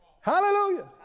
Hallelujah